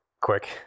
quick